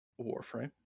Warframe